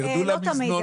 תרדו פה למזנון,